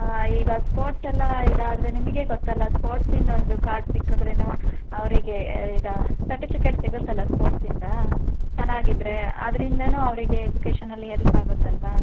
ಈಗ ಸ್ಪೋಟ್ಸ್ ಎಲ್ಲ ಇದಾದರೆ ನಿಮಗೆ ಗೊತ್ತಲ್ಲ ಸ್ಪೋಟ್ಸಿಂದು ಒಂದು ಕಾರ್ಡ್ ಸಿಕ್ಕಿದ್ರೇನು ಅವರಿಗೆ ಇದು ಸಟಿಫಿಕೇಟ್ ಸಿಗುತ್ತಲ್ಲ ಸ್ಪೋಟ್ಸಿಂದ ಚೆನ್ನಾಗಿದ್ರೆ ಅದರಿಂದನು ಅವರಿಗೆ ಎಜುಕೇಷನಲ್ಲಿ ಎಲ್ಪ್ ಆಗುತ್ತಲ್ವಾ